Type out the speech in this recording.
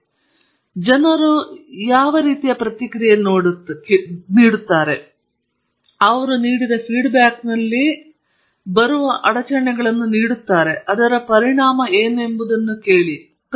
ಹಾಗಾಗಿ ಜನರು ಯಾವ ಪ್ರಕ್ರಿಯೆಯ ಗಣಿತದ ಮಾದರಿಯನ್ನು ಮಾಡುತ್ತಾರೆ ಅವರು ಮಾದರಿಗೆ ಫೀಡ್ನಲ್ಲಿ ಬರುವ ಅಡಚಣೆಗಳನ್ನು ನೀಡುತ್ತಾರೆ ಮತ್ತು ಅದರ ಪರಿಣಾಮವೇನು ಎಂಬುದನ್ನು ಕೇಳಿ